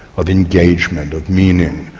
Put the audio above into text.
of engagement, of meaning,